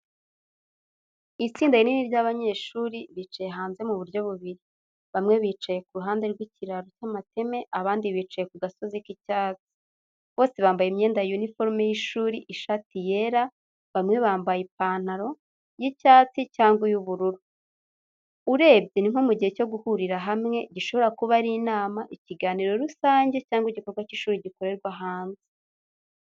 Itsinda rinini ry’abanyeshuri bicaye hanze mu buryo bubiri: bamwe bicaye ku ruhande rw’ikiraro cy’amatembe, abandi bicaye ku gasozi k’icyatsi. Bose bambaye imyenda ya uniforume y’ishuri ishati yera, bamwe bambaye ipantaro y’icyatsi cyangwa iy’ubururu, abandi ibirenge. Urebye, ni nko mu gihe cyo guhurira hamwe, gishobora kuba ari inama, ikiganiro rusange, cyangwa igikorwa cy’ishuri gikorerwa hanze.